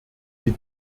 sie